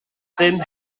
dim